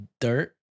Dirt